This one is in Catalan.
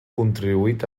contribuït